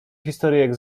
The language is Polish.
historyjek